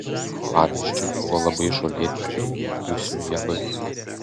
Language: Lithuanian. pavyzdžiui buvo labai žolėti pilni usnių javai